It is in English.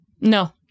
No